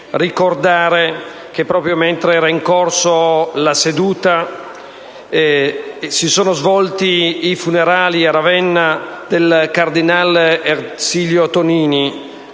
ricordare che, proprio mentre era in corso la seduta, si sono svolti a Ravenna i funerali del cardinale Ersilio Tonini,